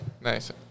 Nice